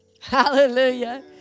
Hallelujah